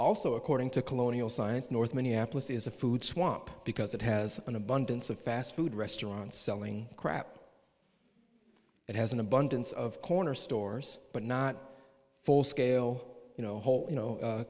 also according to colonial science north minneapolis is a food swap because it has an abundance of fast food restaurants selling crap it has an abundance of corner stores but not full scale you know